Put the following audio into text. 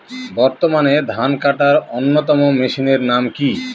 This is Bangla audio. বর্তমানে ধান কাটার অন্যতম মেশিনের নাম কি?